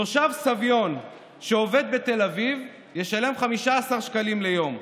תושב סביון שעובד בתל אביב ישלם 15 שקלים ליום,